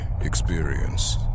experience